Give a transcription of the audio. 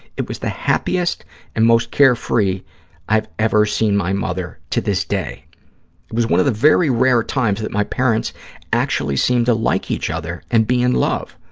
it was the happiest and most carefree i've ever seen my mother to this day. it was one of the very rare times that my parents actually seemed to like each other and be in love.